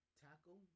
tackle